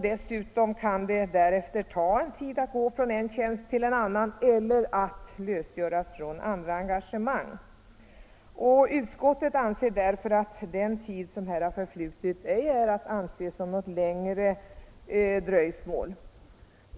Dessutom kan det ta en tid att gå från en tjänst till en annan eller att lösgöras från andra engagemang. Utskottet anser därför att den tid som här har förflutit ej är att anse som något längre dröjsmål.